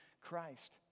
Christ